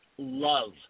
Love